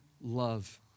love